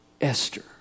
Esther